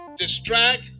Distract